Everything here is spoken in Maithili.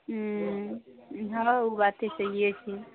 हूँ हँ ओ बात तऽ सहिए छै